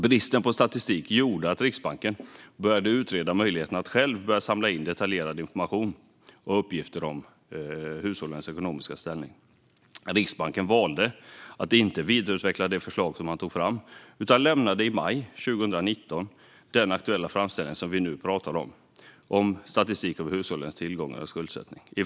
Bristen på statistik gjorde att Riksbanken började utreda möjligheterna att själv samla in detaljerade uppgifter om hushållens ekonomiska ställning. Riksbanken valde att inte vidareutveckla det förslag man tog fram utan lämnade i maj 2019 den framställning som vi nu talar om, alltså den om statistik över hushållens tillgångar och skulder, till riksdagen.